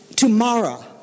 Tomorrow